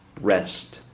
rest